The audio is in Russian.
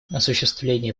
осуществление